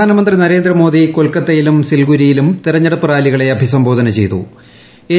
പ്രധാനമന്ത്രി നരേന്ദ്രമോദി കൊൽക്കത്തയിലും സിൽഗുരിയിലും തെരഞ്ഞെടുപ്പ് റാലികളെ അഭിസംബോധന ചെയ്തു എൻ